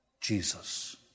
Jesus